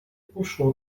puxou